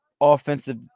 offensive